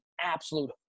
absolute